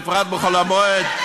בפרט בחול המועד,